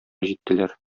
җиттеләр